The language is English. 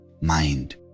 mind